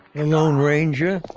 and lone ranger,